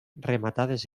rematades